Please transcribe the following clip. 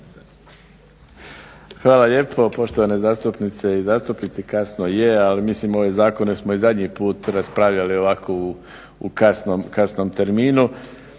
Hvala lijepo poštovane zastupnice i zastupnici. Kasno je ali mislim ove zakone smo i zadnji put raspravljali ovako u kasnom terminu.